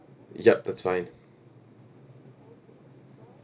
yup that's fine